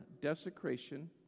desecration